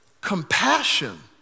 compassion